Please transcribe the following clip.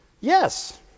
Yes